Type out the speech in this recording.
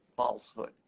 falsehood